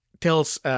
tells –